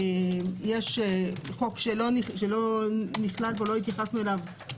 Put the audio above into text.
יש חוק שלא התייחסנו אליו,